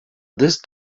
this